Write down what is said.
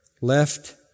left